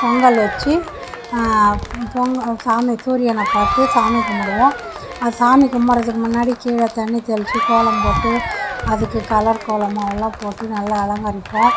பொங்கல் வச்சு பொங்கல் சாமி சூரியனைப் பார்த்து சாமி கும்பிடுவோம் அது சாமி கும்புடறதுக்கு முன்னாடி கீழே தண்ணி தெளித்து கோலம் போட்டு அதுக்கு கலர் கோலமாவுலாம் போட்டு நல்லா அலங்கரிப்போம்